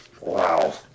Wow